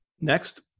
Next